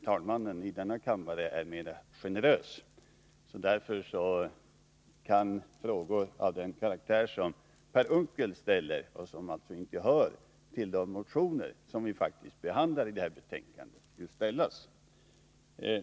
Talmannen här i kammaren är mera generös — därför kan frågor av den karaktär som Per Unckel ställer och som alltså inte gäller de motioner som faktiskt behandlas i föreliggande betänkande ställas.